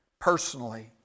personally